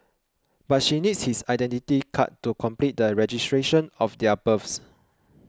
but she needs his Identity Card to complete the registration of their births